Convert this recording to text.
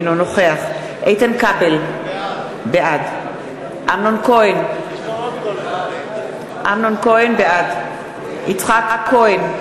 אינו נוכח איתן כבל, בעד אמנון כהן, בעד יצחק כהן,